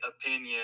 opinion